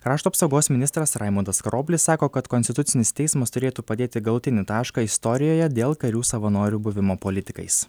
krašto apsaugos ministras raimundas karoblis sako kad konstitucinis teismas turėtų padėti galutinį tašką istorijoje dėl karių savanorių buvimo politikais